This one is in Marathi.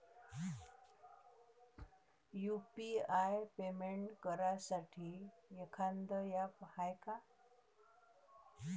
यू.पी.आय पेमेंट करासाठी एखांद ॲप हाय का?